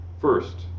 first